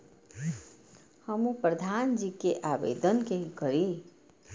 हमू प्रधान जी के आवेदन के करी?